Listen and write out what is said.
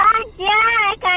Jack